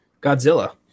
godzilla